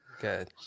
Good